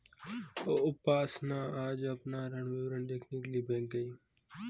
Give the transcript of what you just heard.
उपासना आज अपना ऋण विवरण देखने के लिए बैंक गई